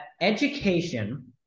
education